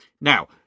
Now